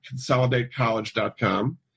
consolidatecollege.com